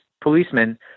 policemen